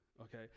okay